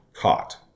caught